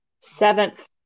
seventh